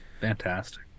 fantastic